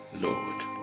lord